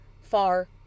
far